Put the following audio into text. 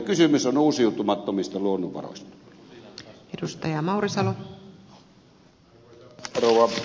kysymys on uusiutumattomista luonnonvaroista